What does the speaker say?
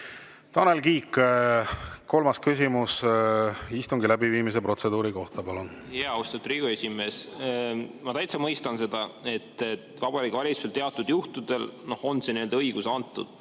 Tanel Kiik, kolmas küsimus istungi läbiviimise protseduuri kohta, palun! Austatud Riigikogu esimees! Ma täitsa mõistan seda, et Vabariigi Valitsusele teatud juhtudel on see õigus antud.